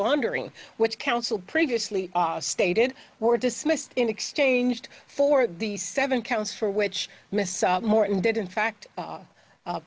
laundering which counsel previously stated were dismissed and exchanged for the seven counts for which mrs morton did in fact